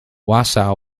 wausau